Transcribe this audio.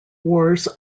wars